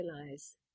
realize